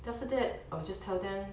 then after that I will just tell them